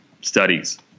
studies